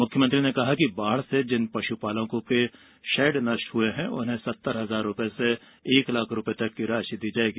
मुख्यमंत्री ने कहा कि बाढ़ से जिन पशुपालकों के शेड नष्ट हुए हैं उन्हें सत्तर हजार रुपये से एक लाख रुपये तक की राशि दी जायेगी